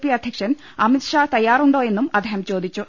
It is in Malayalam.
പി അധ്യ ക്ഷൻ അമിത് ഷാ തയ്യാറുണ്ടോ എന്നും അദ്ദേഹം ചോദിച്ചു